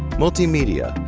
multimedia,